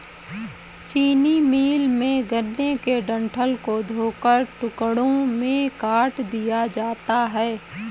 चीनी मिल में, गन्ने के डंठल को धोकर टुकड़ों में काट दिया जाता है